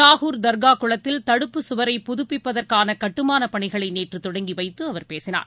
நாகூர் தர்காகுளத்தில் தடுப்பு சுவரை புதப்பிப்பதற்கானகட்டுமானபணிகளைநேற்றுதொடங்கிவைத்துஅவர் பேசினார்